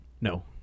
No